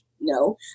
no